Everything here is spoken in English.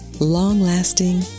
long-lasting